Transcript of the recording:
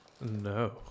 No